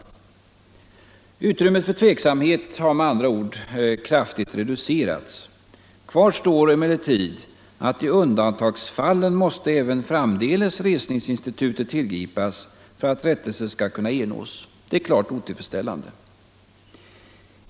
Utrymmet för tveksamhet har med andra ord kraftigt reducerats. Kvar står emellertid att i undantagsfallen måste även framdeles resningsinstitutet tillgripas för att rättelse skall kunna ernås. Det är klart otillfredsställande.